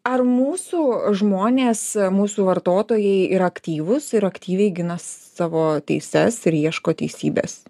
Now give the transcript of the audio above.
ar mūsų žmonės mūsų vartotojai yra aktyvūs ir aktyviai gina savo teises ir ieško teisybės